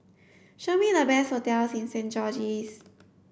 show me the best hotels in Saint George's